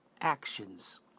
actions